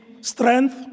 strength